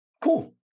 Cool